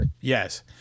Yes